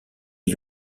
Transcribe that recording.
lui